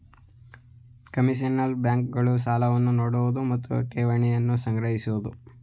commercial bank ಗಳು ಸಾಲವನ್ನು ನೋಡುವುದು ಮತ್ತು ಠೇವಣಿಯನ್ನು ಸಂಗ್ರಹಿಸುತ್ತದೆ